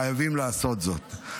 חייבים לעשות זאת.